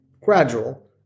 gradual